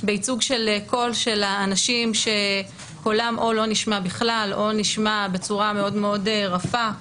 בייצוג של קול של אנשים שקולם או לא נשמע בכלל או נשמע בצורה רפה מאוד.